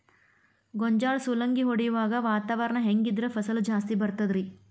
ಗೋಂಜಾಳ ಸುಲಂಗಿ ಹೊಡೆಯುವಾಗ ವಾತಾವರಣ ಹೆಂಗ್ ಇದ್ದರ ಫಸಲು ಜಾಸ್ತಿ ಬರತದ ರಿ?